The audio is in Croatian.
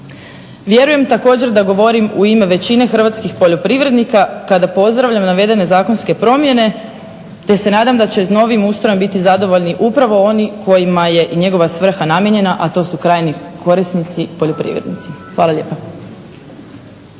Vjerujem također da govorim u ime većine hrvatskih poljoprivrednika kada pozdravljam navedene zakonske promjene te se nadam da će novim ustrojem biti zadovoljni upravo oni kojima je i njegova svrha namijenjena, a to su krajnji korisnici poljoprivrednici. Hvala lijepo.